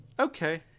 Okay